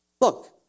Look